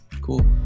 cool